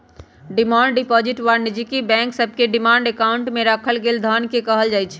demand deposit वाणिज्यिक bank सभके demand account में राखल गेल धन के कहल जाइ छै